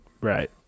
right